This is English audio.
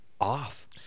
Off